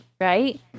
right